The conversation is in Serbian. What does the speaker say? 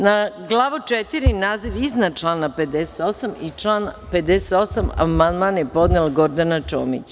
Na glavu 4, na naslov iznad člana 58. i član 58. amandman je podnela Gordana Čomić.